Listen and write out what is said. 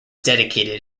dedicated